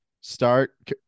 start